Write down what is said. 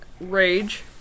rage